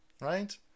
Right